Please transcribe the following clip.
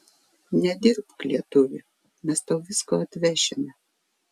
nedirbk lietuvi mes tau visko atvešime